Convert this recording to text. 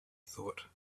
thought